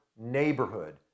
neighborhood